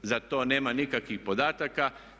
Za to nema nikakvih podataka.